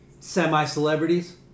Semi-celebrities